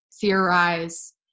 theorize